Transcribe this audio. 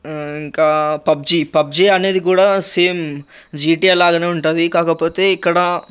ఇంకా PUBG PUBG అనేది కూడా సేమ్ జీటీఏ లాగానే ఉంటుంది కాకపోతే ఇక్కడ